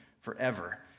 forever